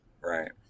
Right